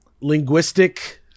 linguistic